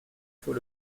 faut